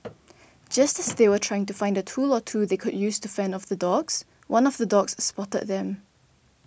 just as they were trying to find a tool or two that they could use to fend off the dogs one of the dogs spotted them